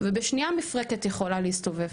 ובשנייה המפרקת יכולה להסתובב.